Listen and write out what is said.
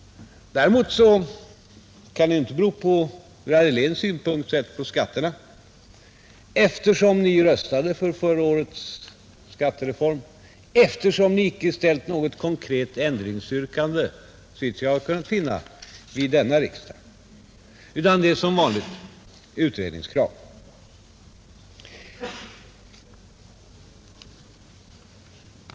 Däremot kan det ju inte ur herr Heléns synpunkt sett bero på skatterna, eftersom ni röstade för förra årets skattereform och eftersom ni inte ställt något konkret ändringsyrkande, såvitt jag har kunnat finna, vid denna riksdag, utan det är som vanligt fråga om utredningskrav.